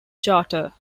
charter